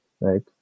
right